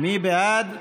מי בעד?